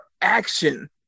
action